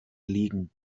liegen